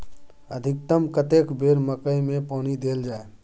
अधिकतम कतेक बेर मकई मे पानी देल जाय?